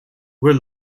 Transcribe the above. were